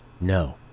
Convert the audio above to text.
No